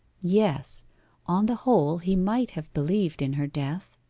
yes on the whole, he might have believed in her death